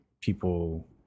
people